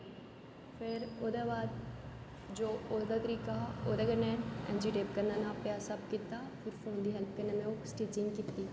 ओहदे बाद जो ओहदा तरिका हा ओहदे कन्नै ऐंचीटेप कन्नै नापेआ सब कीता फिर फौन दी हैल्प कन्नै में ओह् स्टिचिंग कीती